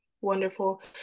wonderful